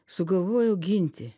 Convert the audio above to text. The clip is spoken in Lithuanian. sugalvojau ginti